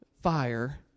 fire